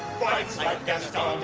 fights like gaston.